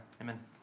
Amen